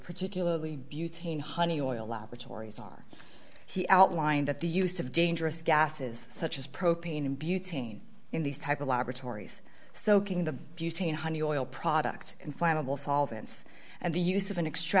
particularly butane honey oil laboratories are he outlined that the use of dangerous gases such as propane butane in these type of laboratories soaking the butane honey oil products and flammable solvents and the use of an extra